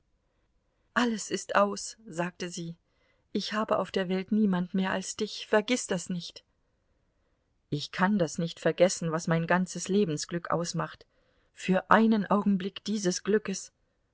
alles ist aus sagte sie ich habe auf der welt niemand mehr als dich vergiß das nicht ich kann das nicht vergessen was mein ganzes lebensglück ausmacht für einen augenblick dieses glückes